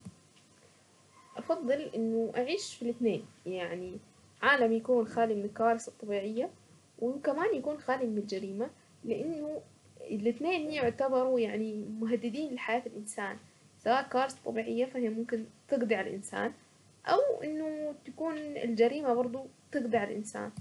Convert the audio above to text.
افضل انه اعيش في الاثنين يعني عالم يكون خالي من الكوارث الطبيعية وكمان يكون خالي من الجريمة لانه الاثنين يعتبروا يعني مهددين لحياة الانسان سواء الكوارث طبيعية فهي ممكن تقضي على الانسان او انه تكون الجريمة برضو تقضي على الانسان.